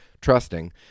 trusting